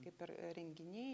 kaip ir renginiai